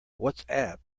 whatsapp